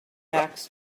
backs